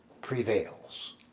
prevails